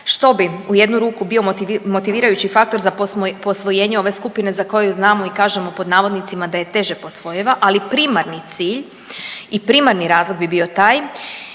što bi u jednu ruku bio motivirajući faktor za posvojenje ove skupine za koju znamo i kažemo pod navodnicima da je teže posvojiva, ali primarni cilj i primarni razlog bi bio taj